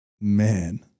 Man